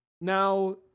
Now